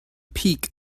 peak